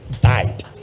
died